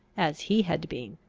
as he had been.